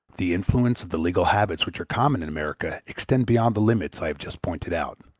the influence of the legal habits which are common in america extends beyond the limits i have just pointed out.